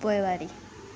पोइवारी